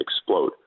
explode